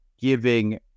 giving